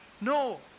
No